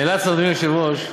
אדוני היושב-ראש,